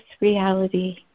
reality